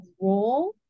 role